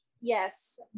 Yes